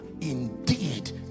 indeed